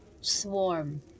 swarm